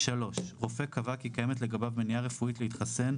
(3)רופא קבע כי קיימת לגביו מניעה רפואית להתחסן,